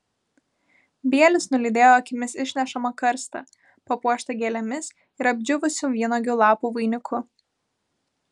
bielis nulydėjo akimis išnešamą karstą papuoštą gėlėmis ir apdžiūvusių vynuogių lapų vainiku